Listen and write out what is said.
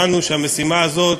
הבנו שהמשימה הזאת